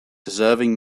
deserving